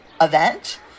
event